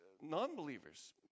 non-believers